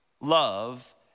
love